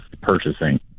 purchasing